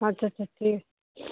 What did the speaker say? ਅੱਛਾ ਅੱਛਾ ਠੀਕ